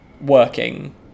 working